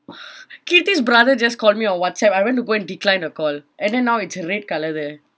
katie's brother just called me on whatsapp I went to go and decline the call and then now it's red colour there